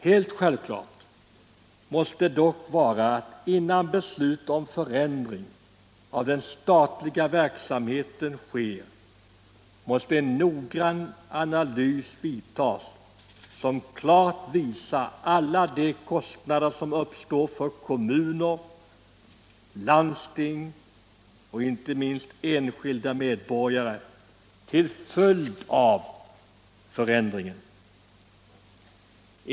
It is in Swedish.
Helt självklart är dock att innan beslut om förändring av den statliga verksamheten fattas måste en noggrann analys göras, som tydligt visar alla de kostnader som uppstår för kommuner, landsting och — inte minst — enskilda medborgare till följd av förändringen.